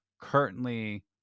currently